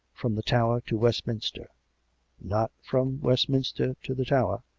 from the tower to west minster not from westminster to the tower,